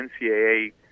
NCAA